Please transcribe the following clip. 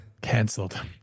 Cancelled